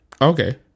Okay